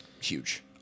huge